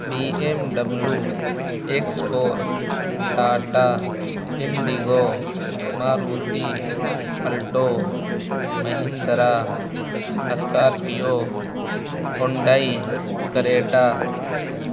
B M W X four Tata indigo Maruti alto Mahindra scorpio Hyundai Creta